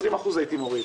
20% הייתי מוריד.